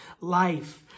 life